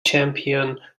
champion